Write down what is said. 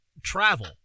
travel